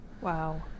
Wow